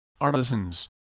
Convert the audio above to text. artisans